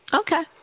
Okay